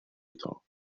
thought